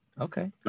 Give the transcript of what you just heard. Okay